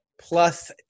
plus